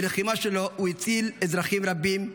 בלחימה שלו הוא הציל אזרחים רבים.